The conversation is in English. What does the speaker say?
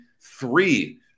three